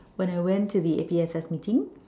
when I went to the A_P_S_S meeting